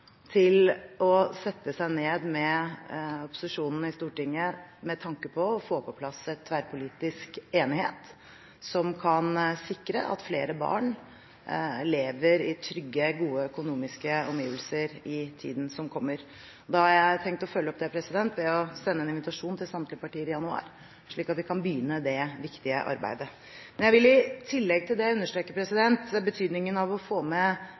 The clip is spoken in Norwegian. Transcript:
til å sette seg ned med opposisjonen i Stortinget med tanke på å få på plass en tverrpolitisk enighet som kan sikre at flere barn lever i trygge, gode økonomiske omgivelser i tiden som kommer. Nå har jeg tenkt å følge opp det ved å sende en invitasjon til samtlige partier i januar, slik at vi kan begynne det viktige arbeidet. Men jeg vil i tillegg til det understreke betydningen av å få